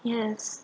yes